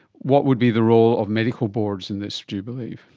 what would be the role of medical boards in this, do you believe?